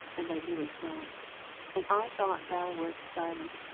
and i knew it not and i thought thou wert silent,